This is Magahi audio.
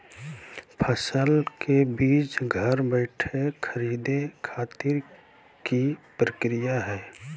फसल के बीज घर बैठे खरीदे खातिर की प्रक्रिया हय?